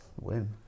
Win